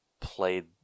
played